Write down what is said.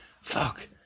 fuck